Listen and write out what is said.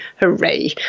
Hooray